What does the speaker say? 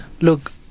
Look